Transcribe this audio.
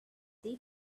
they